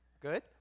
good